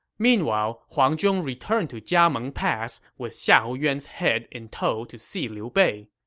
meanwhile, huang zhong returned to jiameng pass with xiahou yuan's head in tow to see liu bei.